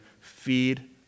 feed